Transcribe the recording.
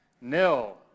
Nil